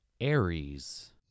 Aries